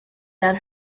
that